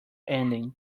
ending